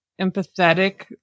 empathetic